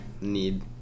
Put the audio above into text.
need